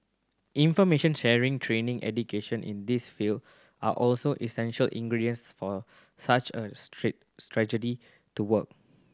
information sharing training education in this field are also essential ingredients for such a strategy to work